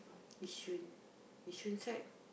Yishun Yishun side